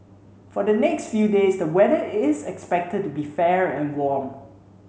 for the next few days the weather is expected to be fair and warm